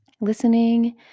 listening